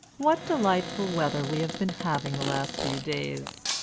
what delightful weather we have been having the last few days!